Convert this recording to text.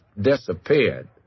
disappeared